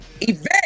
event